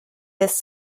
this